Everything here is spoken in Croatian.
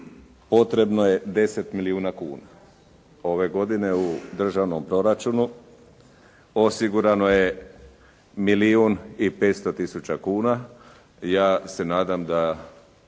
potrebno je 10 milijuna kuna. Ove godine u državnom proračunu osigurano je milijun i 500 tisuća kuna. Ja se nadam da